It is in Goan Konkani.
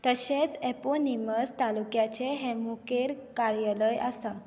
तशेंच एपोनिमस तालुक्याचें हें मुखेल कार्यालय आसा